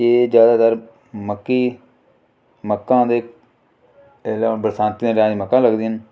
एह् ज्यादातर मक्की मक्कां दे एल्लै हून बरसांती दे टैम मक्कां लगदियां न